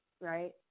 right